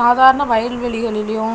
சாதாரண வயல்வெளிகளிலையும்